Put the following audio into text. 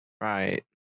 Right